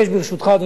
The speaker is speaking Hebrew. אדוני היושב-ראש,